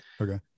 Okay